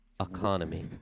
economy